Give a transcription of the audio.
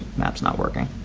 maps not working.